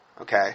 Okay